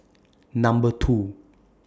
Number two